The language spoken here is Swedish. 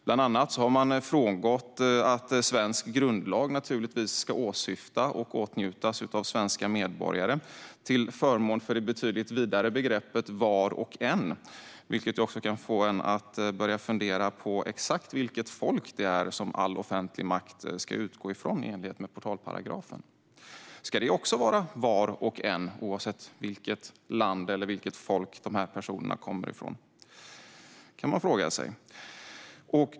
Bland annat har man frångått att svensk grundlag naturligtvis ska åsyfta och åtnjutas av svenska medborgare till förmån för det betydligt vidare begreppet "var och en", vilket kan få en att börja fundera på exakt vilket folk det är som all offentlig makt ska utgå från i enlighet med portalparagrafen. Ska det också vara "var och en", oavsett vilket land eller vilket folk de personerna kommer ifrån? Det kan man fråga sig.